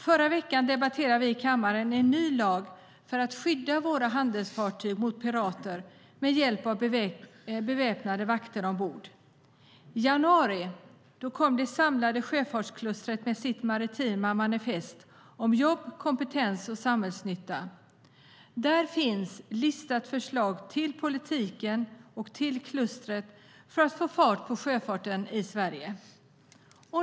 Förra veckan debatterade vi i kammaren en ny lag för att skydda våra handelsfartyg mot pirater med hjälp av beväpnade vakter ombord. I januari kom det samlade sjöfartsklustret med sitt maritima manifest om jobb, kompetens och samhällsnytta. Där finns listat förslag till politiken och till klustret för att få fart på sjöfarten i Sverige.